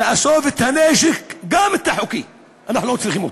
לאסוף את הנשק, גם את